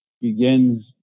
begins